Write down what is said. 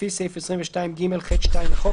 לפי סעיף 22ג(ח)(2) לחוק,